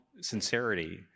sincerity